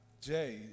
Jay